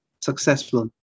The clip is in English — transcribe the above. successful